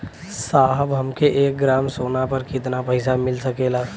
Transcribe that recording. साहब हमके एक ग्रामसोना पर कितना पइसा मिल सकेला?